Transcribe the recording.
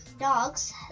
dogs